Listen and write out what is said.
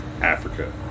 Africa